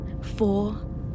Four